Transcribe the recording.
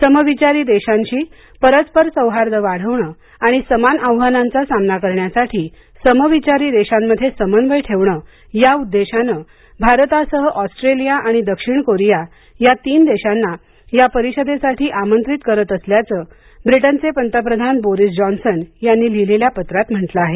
समविचारी देशांशी परस्पर सौहार्द वाढवणं आणि समान आव्हानांचा सामना करण्यासाठी समविचारी देशांमध्ये समन्वय ठेवण या उद्देशानं भारतासह ऑस्ट्रेलिया आणि दक्षिण कोरिया या तीन देशांना या परिषदेसाठी आमंत्रित करत असल्याचं ब्रिटेनचे पंतप्रधान बोरिस जॉन्सन यांनी लिहिलेल्या पत्रात म्हटलं आहे